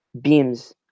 beams